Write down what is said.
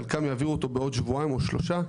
חלקם יעבירו אותו בעוד שבועיים או שלושה,